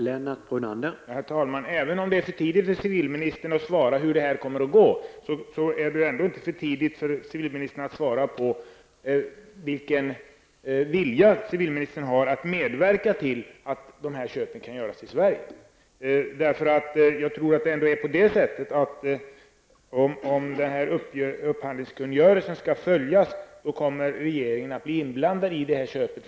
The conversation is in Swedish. Herr talman! Även om det är för tidigt för civilministern att svara på hur det kommer att gå, är det väl ändå inte för tidigt att svara på vilken vilja civilministern har att medverka till att köpen kan göras i Sverige. Om upphandlingskungörelsen skall följas tror jag ändå att regeringen förr eller senare kommer att bli inblandad i köpet.